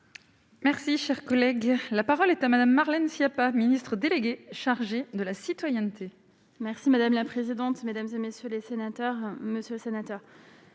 Merci, cher collègue, la parole est à Madame, Marlène Schiappa, ministre déléguée chargée de la citoyenneté. Merci madame la présidente, mesdames et messieurs les sénateurs, Monsieur le Sénateur,